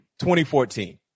2014